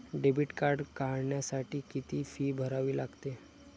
Debit card काढण्यासाठी किती fee भरावी लागते?